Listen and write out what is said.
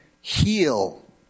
heal